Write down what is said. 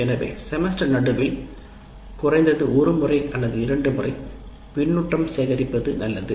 எனவே செமஸ்டர் நடுவில் குறைந்தது ஒரு முறை அல்லது இரண்டு முறை பின்னூட்டம் சேகரிப்பது நல்லது